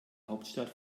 hauptstadt